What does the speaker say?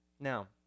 Now